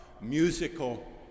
musical